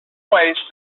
waste